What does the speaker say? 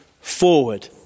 forward